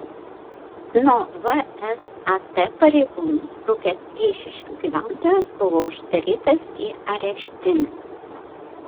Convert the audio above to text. nuo vsat pareigūnų sprukęs eišiškių gyventojas buvo uždarytas į areštinę